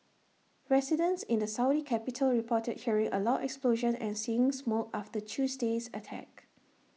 residents in the Saudi capital reported hearing A loud explosion and seeing smoke after Tuesday's attack